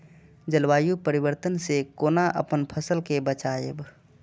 जलवायु परिवर्तन से कोना अपन फसल कै बचायब?